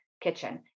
kitchen